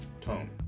tone